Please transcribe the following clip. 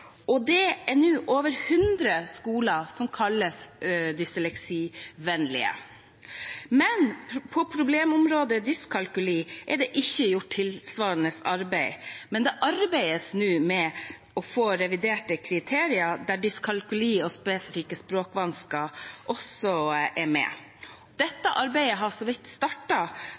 Det er nå over 100 skoler som kalles dysleksivennlige. På problemområdet dyskalkuli er det ikke gjort tilsvarende arbeid, men det arbeides nå med å få reviderte kriterier der dyskalkuli og spesifikke språkvansker også er med. Dette arbeidet har så vidt